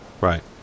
Right